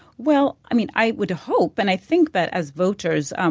well i mean i would hope, and i think that as voters, um